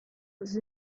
was